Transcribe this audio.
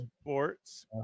Sports